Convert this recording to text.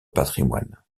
patrimoine